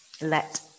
let